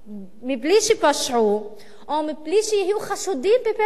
בלי שפשעו, או בלי שיהיו חשודים בפשע,